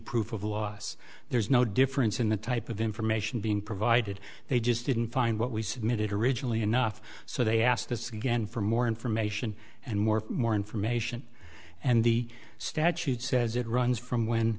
proof of loss there's no difference in the type of information being provided they just didn't find what we submitted originally enough so they asked us again for more information and more more information and the statute says it runs from when